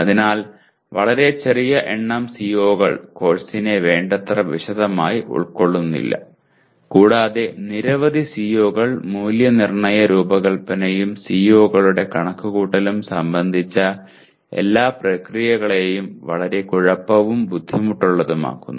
അതിനാൽ വളരെ ചെറിയ എണ്ണം സിഓകൾ കോഴ്സിനെ വേണ്ടത്ര വിശദമായി ഉൾക്കൊള്ളുന്നില്ല കൂടാതെ നിരവധി സിഓകൾ മൂല്യനിർണ്ണയ രൂപകൽപ്പനയും സിഓകളുടെ കണക്കുകൂട്ടലും സംബന്ധിച്ച എല്ലാ പ്രക്രിയകളെയും വളരെ കുഴപ്പവും ബുദ്ധിമുട്ടുള്ളതും ആക്കുന്നു